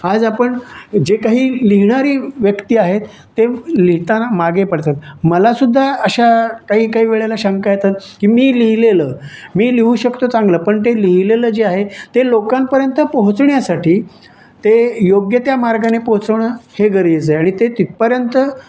आज आपण जे काही लिहिणारी व्यक्ती आहेत ते लिहिताना मागे पडतात मला सुद्धा अशा काही काही वेळेला शंका येतात की मी लिहिलेलं मी लिहू शकतो चांगलं पण ते लिहिलेलं जे आहे ते लोकांपर्यंत पोहोचण्यासाठी ते योग्य त्या मार्गाने पोहोचवणं हे गरजेचं आहे आणि ते तिथपर्यंत